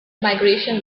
migration